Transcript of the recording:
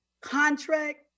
contract